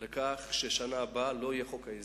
לכך שבשנה הבאה לא יהיה חוק ההסדרים.